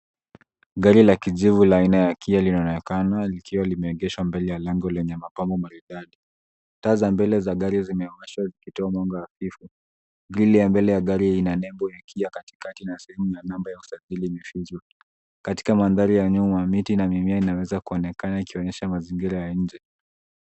Gari la kijivu la aina ya Kia linaonekana likiwa limeegeshwa mbele ya lango lenye mapambo maridadi. Taa za mbele za gari zimewashwa zikitoa mwanga hafifu. Grili ya mbele ya gari ina nembo ya Kia katikati na sehemu ya namba ya usajili imefichwa. Katika mandhari ya nyuma, miti na mimea inaweza kuonekana ikionyesha mazingira ya nje.